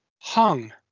hung